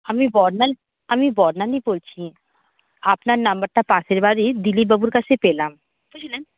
আমি আমি বর্ণালী বলছি আপনার নাম্বারটা পাশের বাড়ির দিলীপবাবুর কাছে পেলাম বুঝলেন